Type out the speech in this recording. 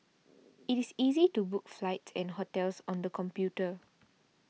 it is easy to book flights and hotels on the computer